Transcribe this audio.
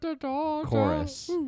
chorus